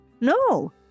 No